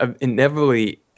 inevitably